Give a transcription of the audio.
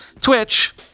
Twitch